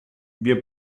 wir